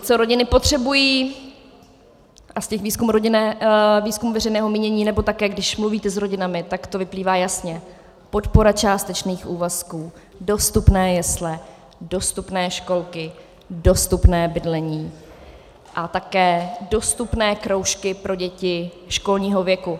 Co rodiny potřebují, a z těch výzkumů veřejného mínění, nebo také když mluvíte s rodinami, tak to vyplývá jasně: podpora částečných úvazků, dostupné jesle, dostupné školky, dostupné bydlení a také dostupné kroužky pro děti školního věku.